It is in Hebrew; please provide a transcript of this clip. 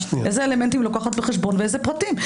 איזה אלמנטים לוקחת בחשבון ואילו פרטים,